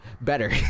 better